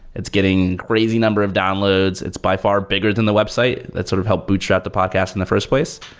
it's getting crazy number of downloads. it's by far bigger than the website. that sort of help bootstrap the podcast in the first place.